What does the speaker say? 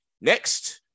next